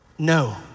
No